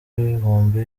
ibihumbi